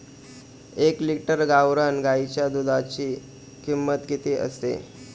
एक लिटर गावरान गाईच्या दुधाची किंमत किती असते?